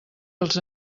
els